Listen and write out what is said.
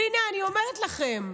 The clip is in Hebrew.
והינה, אני אומרת לכם,